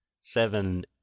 seven